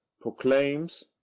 proclaims